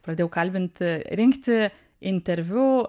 pradėjau kalbinti rinkti interviu